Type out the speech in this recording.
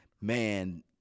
man